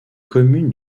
commune